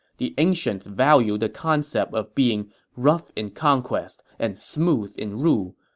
the ancients valued the concept of being rough in conquest, and smooth in rule.